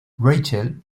rachel